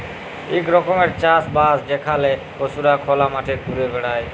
ইক রকমের চাষ বাস যেখালে পশুরা খলা মাঠে ঘুরে বেড়ায়